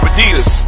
Adidas